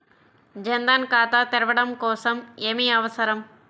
జన్ ధన్ ఖాతా తెరవడం కోసం ఏమి అవసరం?